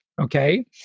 okay